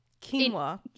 quinoa